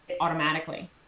automatically